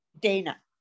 Dana